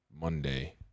Monday